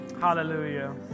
Hallelujah